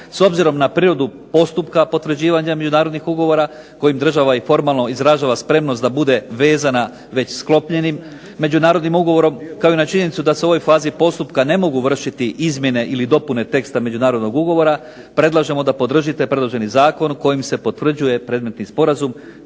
S obzirom na prirodu postupka potvrđivanja međunarodnih ugovora kojim država i formalno izražava spremnost da bude vezana već sklopljenim međunarodnim ugovorom kao i na činjenicu da se u ovoj fazi postupka ne mogu vršiti izmjene ili dopune teksta međunarodnog ugovora predlažemo da podržite predloženi zakon kojim se potvrđuje predmetni sporazum